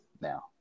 now